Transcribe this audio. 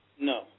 No